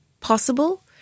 possible